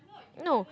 no